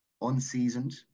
unseasoned